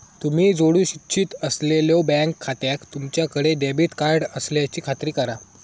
तुम्ही जोडू इच्छित असलेल्यो बँक खात्याक तुमच्याकडे डेबिट कार्ड असल्याची खात्री करा